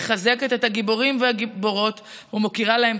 מחזק את הגיבורים והגיבורות ומוקיר אותם.